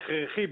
ההכרחי,